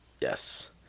Yes